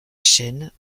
chaîne